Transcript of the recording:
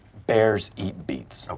bears eat beets.